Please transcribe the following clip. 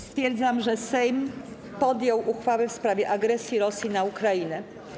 Stwierdzam, że Sejm podjął uchwałę w sprawie agresji Rosji na Ukrainę.